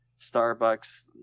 Starbucks